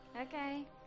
Okay